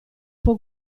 può